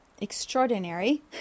extraordinary